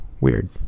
weird